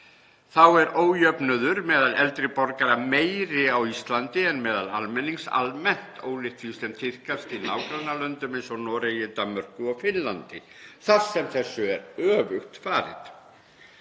Þá er ójöfnuður meðal eldri borgara meiri á Íslandi en meðal almennings almennt, ólíkt því sem tíðkast í nágrannalöndum eins og Noregi, Danmörku og Finnlandi þar sem þessu er öfugt farið.